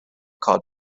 called